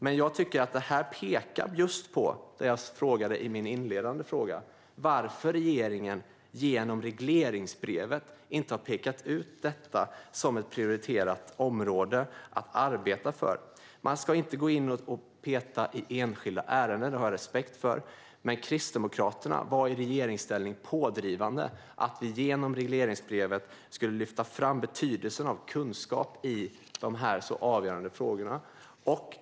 Men jag tycker att detta pekar på vad jag tog upp i min inledande fråga, nämligen varför regeringen inte genom regleringsbrevet har pekat ut detta som ett prioriterat område att arbeta med. Jag har respekt för att man inte ska peta i enskilda ärenden, men Kristdemokraterna var i regeringsställning pådrivande i att genom regleringsbrevet lyfta fram betydelsen av kunskap i de så avgörande frågorna.